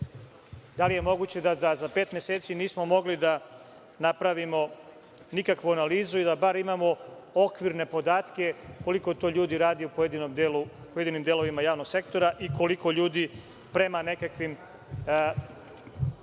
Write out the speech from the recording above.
Da li je moguće da za pet meseci nismo mogli da napravimo nikakvu analizu i da bar imamo okvirne podatke koliko ljudi radi u pojedinim delovima javnog sektora i koliko ljudi, prema nekakvim